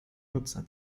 nutzer